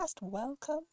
welcome